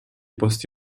posti